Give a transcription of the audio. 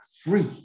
free